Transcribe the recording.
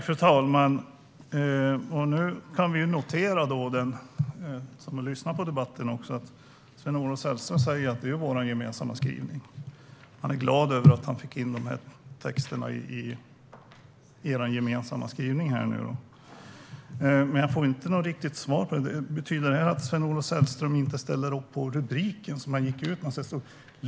Fru talman! Vi och den som lyssnar på debatten kan notera att SvenOlof Sällström säger att det är deras gemensamma skrivning. Han är glad över att de texterna kom med i deras gemensamma skrivning. Jag får dock inget riktigt svar. Betyder det här att Sven-Olof Sällström inte ställer upp på den rubrik som Moderaterna gick ut med?